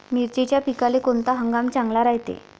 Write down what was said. मिर्चीच्या पिकाले कोनता हंगाम चांगला रायते?